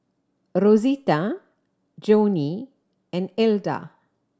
Rosita Joanie and Elda